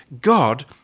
God